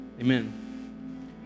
Amen